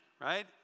right